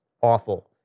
awful